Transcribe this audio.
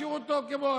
השאירו אותו כמו,